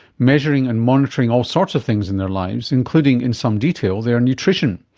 measuring and monitoring all sorts of things in their lives including in some detail their nutrition.